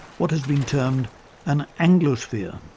what has been termed an anglosphere.